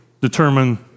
determine